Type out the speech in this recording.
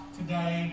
today